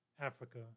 Africa